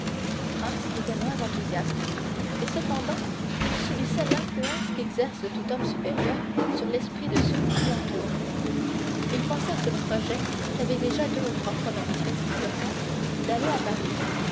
était moins enthousiaste et cependant il subissait l'influence qu'exerce tout homme supérieur sur l'esprit de ceux qui l'entourent il pensait à ce projet qu'avait déjà deux ou trois fois manifesté le comte d'aller à paris